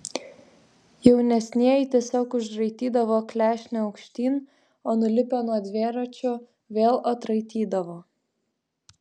jaunesnieji tiesiog užraitydavo klešnę aukštyn o nulipę nuo dviračio vėl atraitydavo